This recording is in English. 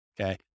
Okay